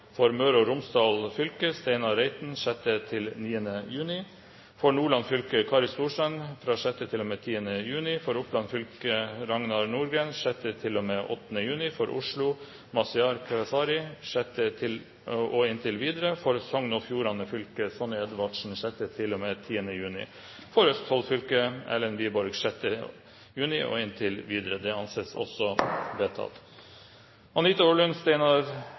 for å møte i permisjonstiden: For Akershus fylke: Anita Orlund 6.–10. juni For Møre og Romsdal fylke: Steinar Reiten 6.–9. juni For Nordland fylke: Kari Storstrand 6.–10. juni For Oppland fylke: Ragnar Nordgreen 6.–8. juni For Oslo: Mazyar Keshvari 6. juni og inntil videre For Sogn og Fjordane fylke: Sonja Edvardsen 6.–10. juni For Østfold fylke: Erlend Wiborg 6. juni og inntil videre Anita Orlund, Steinar